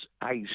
ice